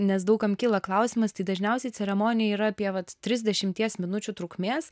nes daug kam kyla klausimas tai dažniausiai ceremonija yra apie vat trisdešimties minučių trukmės